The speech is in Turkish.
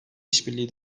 işbirliği